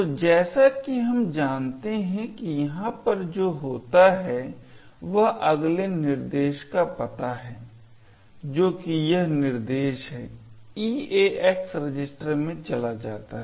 तो जैसा कि हम जानते हैं कि यहाँ पर जो होता है वह अगले निर्देश का पता है जो कि यह निर्देश है EAX रजिस्टर में चला जाता है